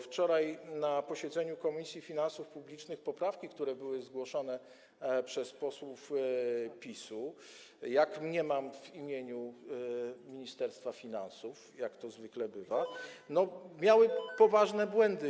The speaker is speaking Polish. Wczoraj na posiedzeniu Komisji Finansów Publicznych poprawki, które były zgłoszone przez posłów PiS-u, jak mniemam, w imieniu Ministerstwa Finansów, jak to zwykle bywa, miały poważne błędy.